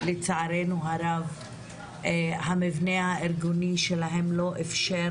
שלצערנו הרב המבנה הארגוני שלהם לא אפשר